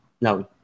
No